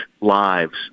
lives